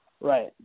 Right